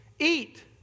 eat